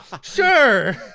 Sure